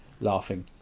laughing